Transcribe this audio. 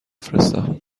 فرستم